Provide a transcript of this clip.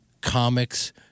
comics